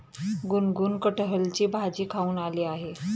गुनगुन कठहलची भाजी खाऊन आली आहे